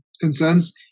concerns